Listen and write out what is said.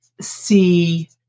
see